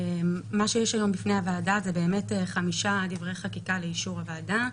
מה שיש היום בפני הוועדה זה חמישה דברי חקיקה לאישור הוועדה,